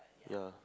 ya